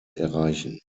erreichen